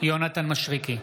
יונתן מישרקי,